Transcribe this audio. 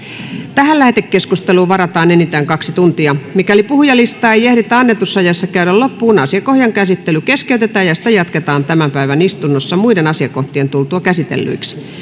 tähän lähetekeskusteluun varataan enintään kaksi tuntia mikäli puhujalistaa ei ehditä annetussa ajassa käydä loppuun asiakohdan käsittely keskeytetään ja sitä jatketaan tämän päivän istunnossa muiden asiakohtien tultua käsitellyiksi